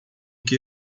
que